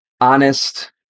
honest